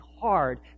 hard